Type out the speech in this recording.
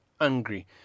angry